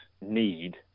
need